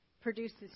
produces